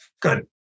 Good